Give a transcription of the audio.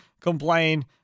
complain